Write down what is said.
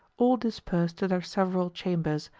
all dispersed to their several chambers,